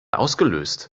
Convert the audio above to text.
ausgelöst